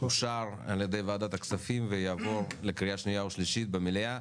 אושר על ידי ועדת הכספים ויעבור לקריאה שנייה ושלישית במליאה.